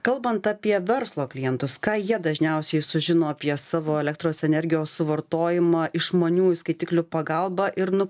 kalbant apie verslo klientus ką jie dažniausiai sužino apie savo elektros energijos suvartojimą išmaniųjų skaitiklių pagalba ir nu